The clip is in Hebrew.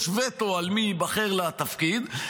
יש וטו על מי שייבחר לתפקיד,